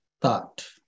thought